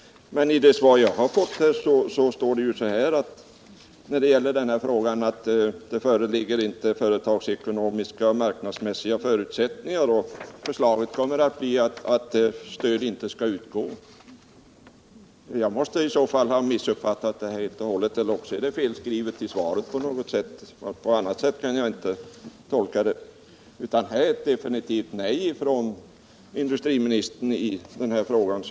Men i det svar jag har fått sägs att det inte föreligger företagsekonomiska och marknadsmässiga förutsättningar för en sådan satsning och att förslaget till regeringen kommer att bli att stöd inte skall utgå. Antingen måste jag ha missuppfattat det här helt och hållet eller också är det felskrivet i svaret. På annat sätt kan jag inte tolka det. Svaret innebär såvitt jag kan förstå ett definitivt nej från industriministern i denna fråga.